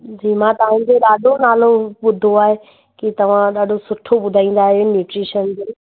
जी मां तव्हांजो ॾाढो नालो ॿुधो आहे की तव्हां ॾाढो सुठो ॿुधाईंदा आहियो न्यूट्रिशन जो